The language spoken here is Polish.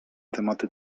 tematy